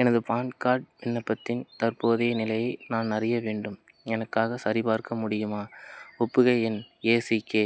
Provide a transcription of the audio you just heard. எனது PAN card விண்ணப்பத்தின் தற்போதைய நிலையை நான் அறிய வேண்டும் எனக்காகச் சரிபார்க்க முடியுமா ஒப்புகை எண் ஏசிகே